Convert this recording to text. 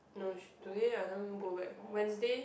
no today I never go back Wednesday